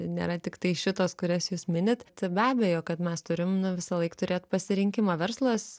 nėra tiktai šitos kurias jūs minit tai be abejo kad mes turim nu visąlaik turėt pasirinkimą verslas